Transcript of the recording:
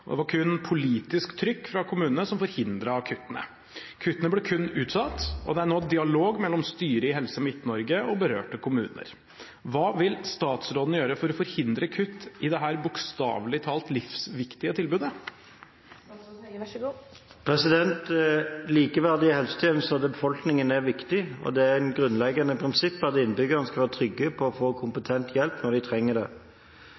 Det var kun politisk trykk fra kommunene som forhindret kuttene. Kuttene ble kun utsatt, og det er nå en dialog mellom styret i Helse Midt-Norge og berørte kommuner. Hva vil statsråden gjøre for å forhindre kutt i dette bokstavelig talt livsviktige tilbudet?» Likeverdige helsetjenester til befolkningen er viktig, og det er et grunnleggende prinsipp at innbyggerne skal være trygge på å få kompetent hjelp når de trenger det.